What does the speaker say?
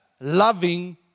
loving